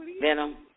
Venom